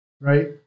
Right